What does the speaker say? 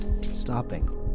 stopping